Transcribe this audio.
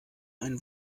ein